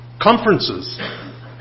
conferences